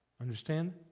Understand